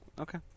Okay